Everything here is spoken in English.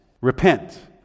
repent